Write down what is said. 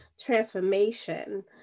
transformation